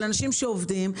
של אנשים שעובדים.